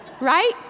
Right